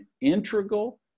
integral